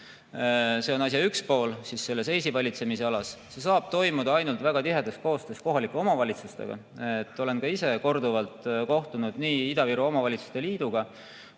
See on asja üks pool, EIS-i valitsemisalas. See saab toimuda ainult väga tihedas koostöös kohalike omavalitsustega. Olen ka ise korduvalt kohtunud nii Ida-Virumaa Omavalitsuste Liiduga